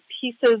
pieces